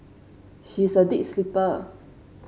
she is a deep sleeper